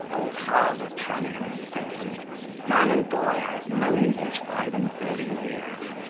old hawser trunnion, said he man and boy i have known thee these five-and-thirty years,